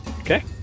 Okay